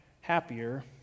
happier